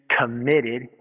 committed